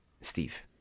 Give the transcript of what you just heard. Steve